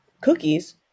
Cookies